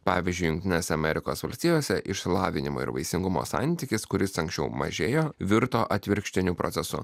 pavyzdžiui jungtinėse amerikos valstijose išsilavinimą ir vaisingumo santykis kuris anksčiau mažėjo virto atvirkštiniu procesu